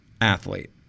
athlete